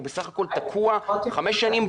הוא בסך הכול תקוע חמש שנים.